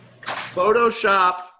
Photoshop